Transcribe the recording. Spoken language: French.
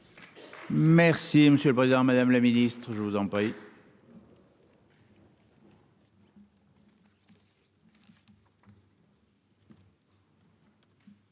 Merci, monsieur le Président Madame la Ministre je vous en prie.